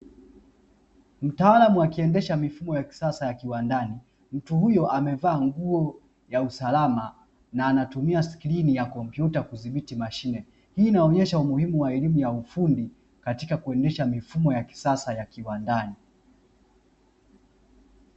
Mtaalamu akiendesha mifumo ya kisasa ya kiwandani, mtu huyo amevaa nguo ya usalama na anatumia skrini ya kompyuta kudhibiti mashine, hii inaonyesha umuhimu wa elimu ya ufundi katika kuendesha mifumo ya kisasa ya viwandani.